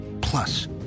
Plus